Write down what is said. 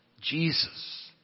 Jesus